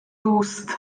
růst